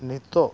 ᱱᱤᱛᱳᱜ